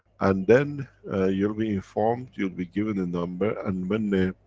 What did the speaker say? and then you'll be informed, you'll be given a number, and when the.